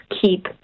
keep